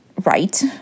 right